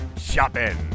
shopping